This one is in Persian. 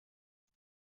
است